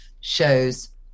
shows